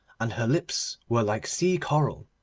and her lips were like sea-coral.